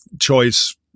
choice